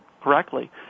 correctly